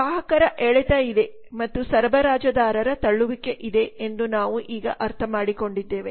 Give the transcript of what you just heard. ಗ್ರಾಹಕರ ಎಳೆತ ಇದೆ ಮತ್ತು ಸರಬರಾಜುದಾರರ ತಳ್ಳುವಿಕೆ ಇದೆ ಎಂದು ನಾವು ಈಗ ಅರ್ಥಮಾಡಿಕೊಂಡಿದ್ದೇವೆ